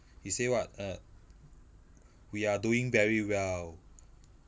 he say what err we are doing very well